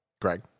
greg